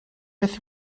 beth